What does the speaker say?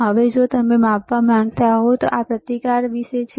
હવે જો તમે માપવા માંગતા હોવ તો આ પ્રતિકાર વિશે છે